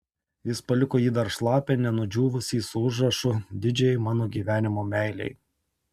jis paliko jį dar šlapią nenudžiūvusį su užrašu didžiajai mano gyvenimo meilei